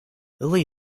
lily